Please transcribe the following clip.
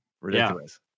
Ridiculous